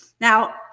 Now